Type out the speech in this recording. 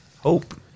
hope